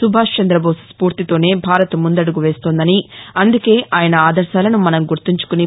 సుభాష్చంద్రబోస్ స్ఫూర్తితోనే భారత్ ముందడుగు వేస్తోందని అందుకే ఆయన ఆదర్భాలను మనం గుర్తుంచుకుని